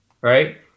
right